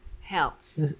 helps